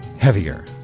heavier